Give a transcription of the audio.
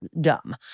dumb